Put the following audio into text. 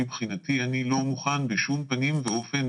מבחינתי אני לא מוכן בשום פנים ואופן,